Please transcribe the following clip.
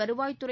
வருவாய்த்துறை